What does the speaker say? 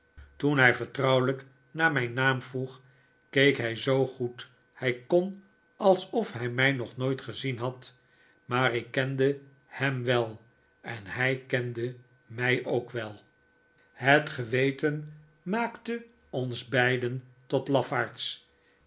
toen hij vertrouwelijk naar mijn naam vroeg keek hij zoo goed hij kon alsof hij mij nog nooit gezien had maar ik kende hem wel en hij kende mij ook wel het geweten maakte ons beiden tot lafaards